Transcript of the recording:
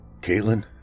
Caitlin